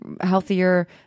healthier